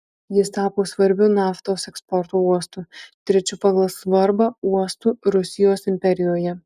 jis tapo svarbiu naftos eksporto uostu trečiu pagal svarbą uostu rusijos imperijoje